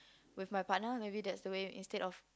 with my partner maybe that's the way instead of